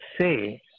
Say